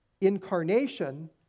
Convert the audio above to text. incarnation